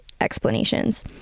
explanations